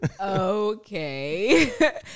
Okay